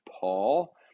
Paul